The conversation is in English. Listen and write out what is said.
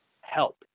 Help